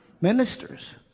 ministers